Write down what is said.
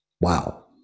Wow